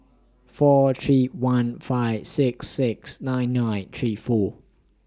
four three one five six six nine nine three four